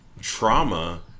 trauma